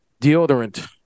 deodorant